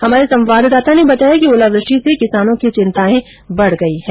हमारे संवाददाता नेबताया कि ओलावृष्टि से किसानों की चिंताएं बढ गई है